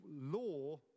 law